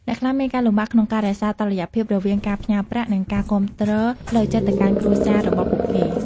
អ្នកខ្លះមានការលំបាកក្នុងការរក្សាតុល្យភាពរវាងការផ្ញើប្រាក់ និងការគាំទ្រផ្លូវចិត្តទៅកាន់គ្រួសាររបស់ពួកគេ។